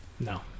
No